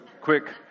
quick